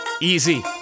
Easy